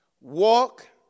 Walk